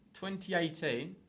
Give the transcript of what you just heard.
2018